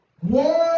one